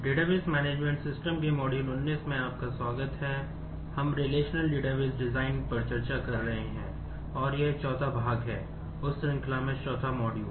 database management system पर चर्चा कर रहे हैं और यह चौथा भाग है उस श्रृंखला में चौथा मॉड्यूल